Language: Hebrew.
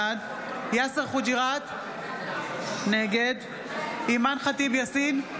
בעד יאסר חוג'יראת, נגד אימאן ח'טיב יאסין,